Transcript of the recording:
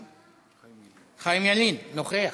חיים ילין, נוכח.